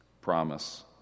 Promise